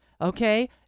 okay